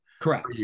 Correct